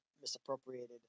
misappropriated